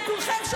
וכולכם שותקים.